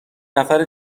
نفر